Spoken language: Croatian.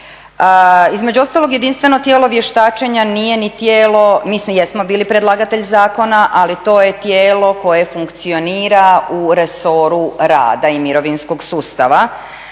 Između ostalog, jedinstveno tijelo vještačenja nije ni tijelo, mislim jesmo bili predlagatelji zakona ali to je tijelo koje funkcionira u resoru rada i mirovinskog sustava.